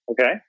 okay